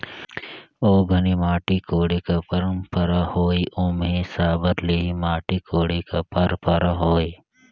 ओ घनी माटी कोड़े कर पंरपरा होए ओम्हे साबर ले ही माटी कोड़े कर परपरा होए